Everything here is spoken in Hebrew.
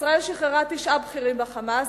ישראל שחררה תשעה בכירים ב"חמאס",